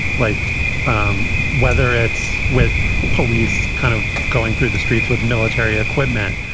like um whether it's with police kind of going through the streets with military equipment,